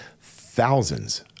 thousands